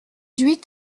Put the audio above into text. huit